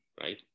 right